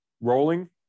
rolling